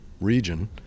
region